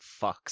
fucks